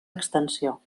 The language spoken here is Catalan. extensió